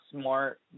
smart